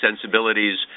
sensibilities